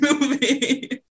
movie